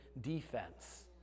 defense